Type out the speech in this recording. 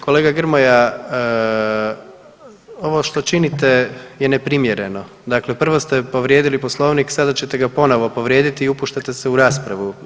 Kolega Grmoja, ovo što činite je neprimjereno, dakle prvo ste povrijedili Poslovnik, sada ćete ga ponovo povrijediti i upuštate se u raspravu.